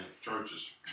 churches